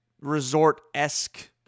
resort-esque